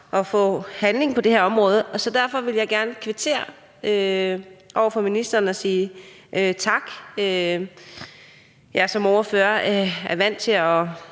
at skabe handling på det her område, så derfor vil jeg gerne kvittere over fra ministeren og sige tak. Jeg er som ordfører vant til at